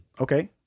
okay